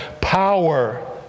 power